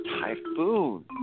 typhoon